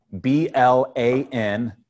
B-L-A-N